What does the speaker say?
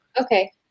Okay